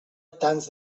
tants